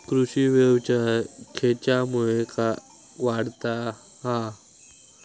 कृषीव्यवसाय खेच्यामुळे वाढता हा?